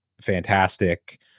fantastic